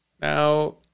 Now